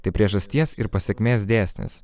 tai priežasties ir pasekmės dėsnis